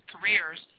careers